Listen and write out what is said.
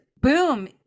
boom